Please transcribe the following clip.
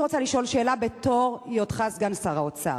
אני רוצה לשאול אותך שאלה בתור סגן שר האוצר.